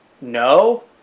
no